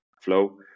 flow